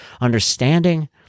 understanding